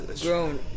grown